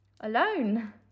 Alone